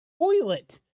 toilet